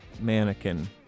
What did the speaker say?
mannequin